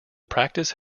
practice